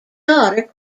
daughter